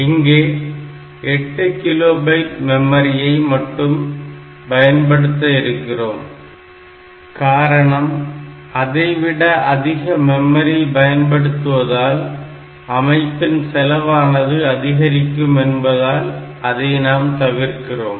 இங்கே 8 kilobyte மெமரியை மட்டுமே பயன்படுத்த இருக்கிறோம் காரணம் அதைவிட அதிக மெமரி பயன்படுத்துவதால் அமைப்பின் செலவானது அதிகரிக்கும் என்பதால் அதை நாம் தவிர்க்கிறோம்